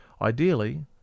ideally